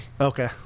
okay